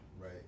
right